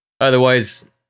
Otherwise